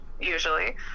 usually